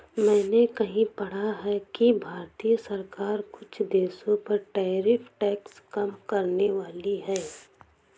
मैंने कहीं पढ़ा है कि भारतीय सरकार कुछ देशों पर टैरिफ टैक्स कम करनेवाली है